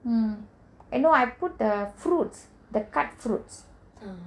mm and no I put the fruits cut fruits